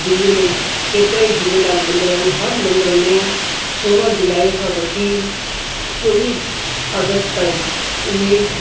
दिल्लीअ में केतिरा ई झूलेलाल मंदिर आहिनि हर मंदिर में सोरहं जुलाई खां वठी चोवीह अगस्त ताईं इहे